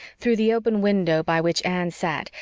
through the open window, by which anne sat,